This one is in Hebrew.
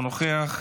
אינו נוכח,